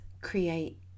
create